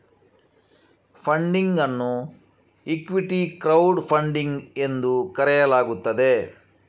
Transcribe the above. funding ಅನ್ನು equity crowd funding ಎಂದು ಕರೆಯಲಾಗುತ್ತದೆ